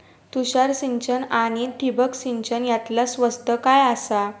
तुषार सिंचन आनी ठिबक सिंचन यातला स्वस्त काय आसा?